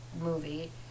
movie